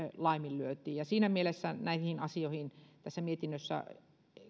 laiminlyötiin siinä mielessä huomion kiinnittäminen näihin asioihin tässä mietinnössä